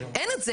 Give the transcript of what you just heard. אין את זה.